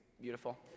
beautiful